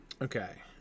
Okay